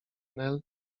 nel